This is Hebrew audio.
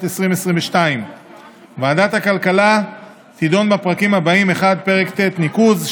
2022. ועדת הכלכלה תדון בפרקים הבאים: 1. פרק ט' ניקוז,